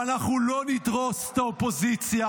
ואנחנו לא נדרוס את האופוזיציה,